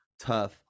tough